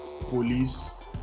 police